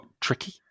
tricky